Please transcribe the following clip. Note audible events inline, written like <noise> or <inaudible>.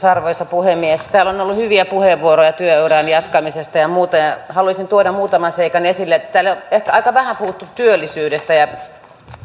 <unintelligible> arvoisa puhemies täällä on ollut hyviä puheenvuoroja työuran jatkamisesta ja muusta haluaisin tuoda muutaman seikan esille täällä on ehkä aika vähän puhuttu työllisyydestä ja